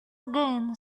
again